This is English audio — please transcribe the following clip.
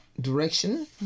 Direction